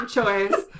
choice